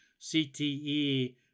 CTE